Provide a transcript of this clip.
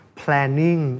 planning